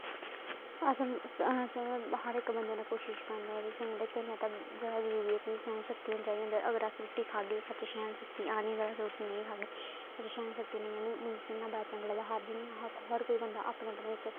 असें असें हर इक बंदे ने कोशिश करनी चाहिदी सानूं ते खेलने ते जादा जरूरी ऐ कि सैह्न शक्ति होनी चाहिदी अन्दर अगर अस रुट्टी खाह्गे साढ़े च सैह्न शक्ति आनी रुट्टी नेईं खाह्गे ते सैह्न शक्ति नेईं आनी मिगी खेलना बड़ा चंगा लगदा हर जियां हर कोई बंदा अपने अपने इक